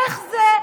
איך זה?